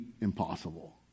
impossible